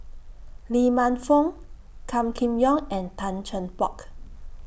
Lee Man Fong Gan Kim Yong and Tan Cheng Bock